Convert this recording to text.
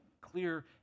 clear